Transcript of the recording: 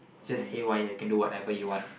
just haywire can do whatever you want